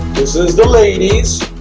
this is the ladies